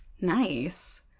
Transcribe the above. Nice